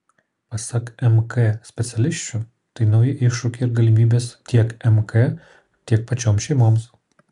pasak mk specialisčių tai nauji iššūkiai ir galimybės tiek mk tiek pačioms šeimoms